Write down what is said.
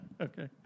Okay